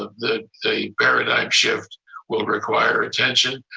the the paradigm shift will require attention.